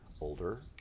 older